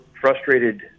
frustrated